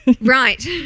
Right